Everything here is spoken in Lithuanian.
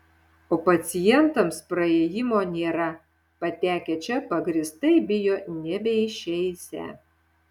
o pacientams praėjimo nėra patekę čia pagrįstai bijo nebeišeisią